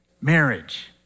Marriage